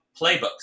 playbooks